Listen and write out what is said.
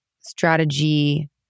strategy